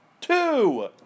two